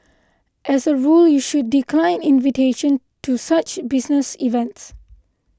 as a rule you should decline invitations to such business events